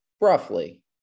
roughly